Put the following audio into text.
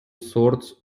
sorts